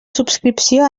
subscripció